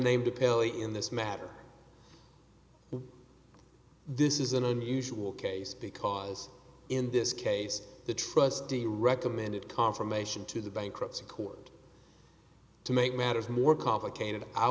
pelee in this matter this is an unusual case because in this case the trustee recommended confirmation to the bankruptcy court to make matters more complicated i